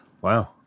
Wow